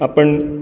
आपण